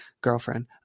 girlfriend